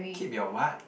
keep your what